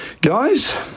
Guys